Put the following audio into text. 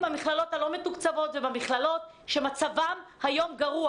במכללות הלא מתוקצבות ובמכללות שמצבן היום גרוע.